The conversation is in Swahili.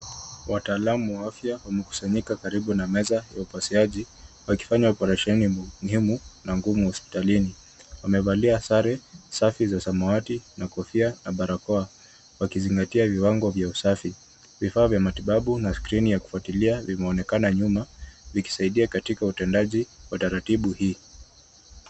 Wataalamu wa afya wamekusanyika karibu na meza ya upasuaji, wakifanya oparesheni muhimu na ngumu hospitalini. Wamevalia sare safi za samawati na kofia na barakoa, wakizingatia viwango vya usafi. Vifaa vya matibabu na skrini ya kufuatilia vimeonekana nyuma, vikisaidia katika utendaji wa taratibu hii.